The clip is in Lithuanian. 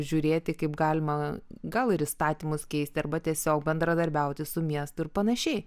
žiūrėti kaip galima gal ir įstatymus keisti arba tiesiog bendradarbiauti su miestu ir panašiai